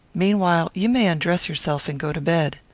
meanwhile you may undress yourself and go to bed.